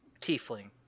Tiefling